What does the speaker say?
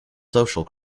social